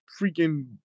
freaking